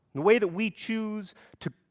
the way that we choose to,